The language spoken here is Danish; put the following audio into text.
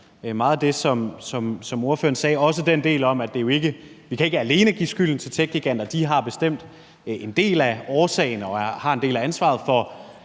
meget af det, som ordføreren sagde, også den del om, at vi ikke kan skyde skylden alene på techgiganter. De er bestemt en del af årsagen og har en